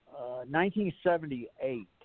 1978